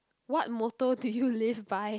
what motto do you live by